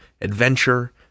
adventure